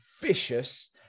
vicious